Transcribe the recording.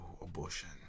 abortion